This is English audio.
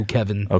Kevin